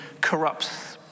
corrupts